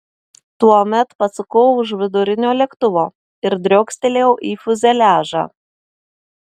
tuomet pasukau už vidurinio lėktuvo ir driokstelėjau į fiuzeliažą